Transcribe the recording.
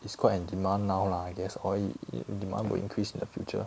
it's quite in demand now lah there's demand will increase in the future